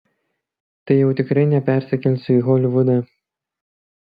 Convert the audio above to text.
tai jau tikrai nepersikelsiu į holivudą